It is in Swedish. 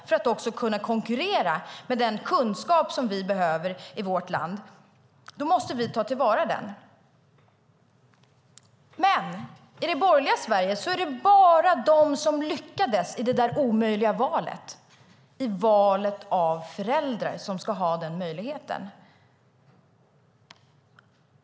För att kunna konkurrera med den kunskap vi behöver i vårt land måste vi ta till vara den. Men i det borgerliga Sverige är det bara de som lyckades i det omöjliga valet - valet av föräldrar - som ska ha den möjligheten.